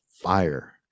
fire